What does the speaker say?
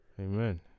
Amen